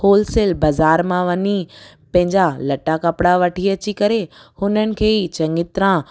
wholesale बज़ारि मां वञी पंहिंजा लटा कपिड़ा वठी अची करे हुननि खे चङी तरह